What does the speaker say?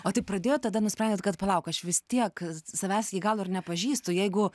o tai pradėjot tada nusprendėt kad palauk aš vis tiek savęs iki galo ir nepažįstu jeigu